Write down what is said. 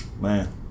man